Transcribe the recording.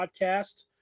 podcast